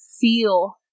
feel